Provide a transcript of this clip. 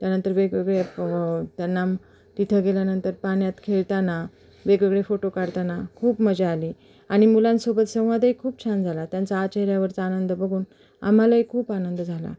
त्यानंतर वेगवेगळे प त्यांना तिथं गेल्यानंतर पाण्यात खेळताना वेगवेगळे फोटो काढताना खूप मजा आली आणि मुलांसोबत संवादही खूप छान झाला त्यांचा चेहऱ्यावरचा आनंद बघून आम्हालाही खूप आनंद झाला